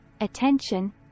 attention